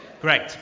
great